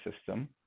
system